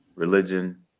Religion